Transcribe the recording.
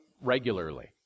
regularly